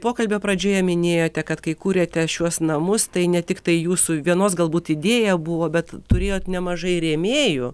pokalbio pradžioje minėjote kad kai kūrėte šiuos namus tai ne tiktai jūsų vienos galbūt idėja buvo bet turėjot nemažai rėmėjų